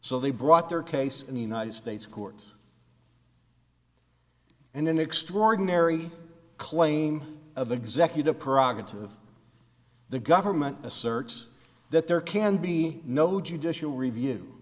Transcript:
so they brought their case in the united states courts and in extraordinary claim of executive prerogative the government asserts that there can be no judicial review